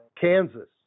Kansas